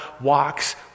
walks